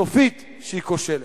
סופית שהיא כושלת.